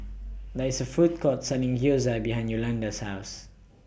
There IS A Food Court Selling Gyoza behind Yolonda's House